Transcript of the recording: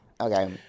Okay